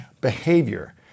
behavior